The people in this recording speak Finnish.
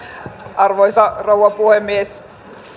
arvoisa rouva puhemies